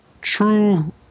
true